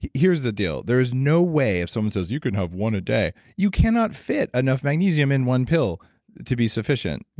here's the deal. there is no way if someone says you could have one a day. you cannot fit enough magnesium in one pill to be sufficient.